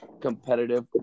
competitive